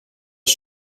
een